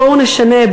בואו נשנה,